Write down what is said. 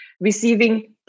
receiving